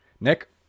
Nick